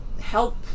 help